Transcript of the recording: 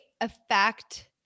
affect